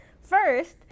first